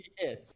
Yes